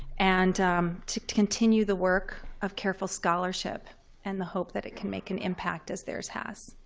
and to continue the work of careful scholarship and the hope that it can make an impact, as theirs has.